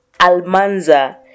Almanza